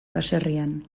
baserrian